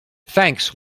thanks